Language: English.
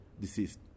deceased